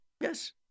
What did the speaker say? Yes